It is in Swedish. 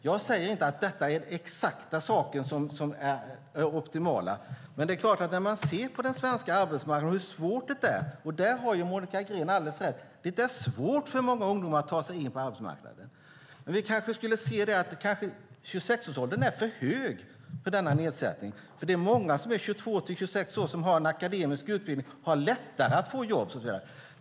Jag säger inte att detta är det optimala, men det är svårt för många ungdomar att ta sig in på den svenska arbetsmarknaden; här har Monica Green rätt. Kanske är 26 år för högt för denna nedsättning. Många mellan 22 och 26 år har en akademisk utbildning och har lättare att få jobb.